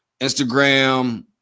Instagram